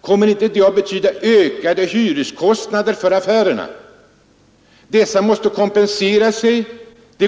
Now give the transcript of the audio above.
Kommer inte det att betyda ökade hyreskostnader för affärerna, som affärsmännen då måste kompensera sig för?